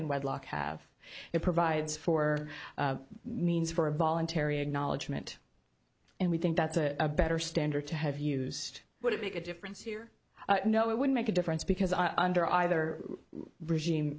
in wedlock have it provides for means for a voluntary acknowledgement and we think that's a better standard to have used would it make a difference here no it would make a difference because i under either regime